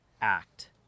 act